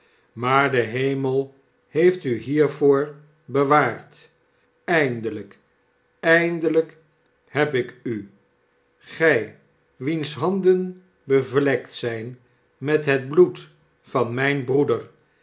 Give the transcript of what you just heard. maar de hemel heeft u hiervoor bewaard emdehjk eindelijk heb ik u i gij wiens handen bevlekt zijn met het bloed van mijn broeder